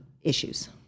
issues